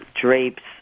Drapes